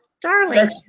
darling